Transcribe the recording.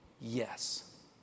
Yes